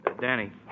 Danny